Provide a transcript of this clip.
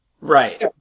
Right